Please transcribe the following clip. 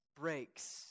Breaks